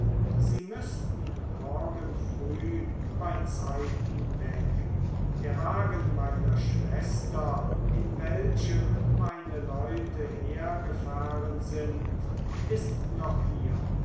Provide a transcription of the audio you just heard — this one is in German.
sie müßten morgen früh beizeiten weg der wagen meiner schwester in welchem meine leute hergefahren sind ist noch hier